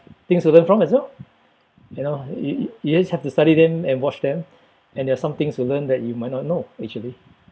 things to learn from as well you know you you just have to study them and watch them and there are some things to learn that you might not know actually